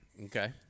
okay